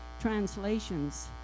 translations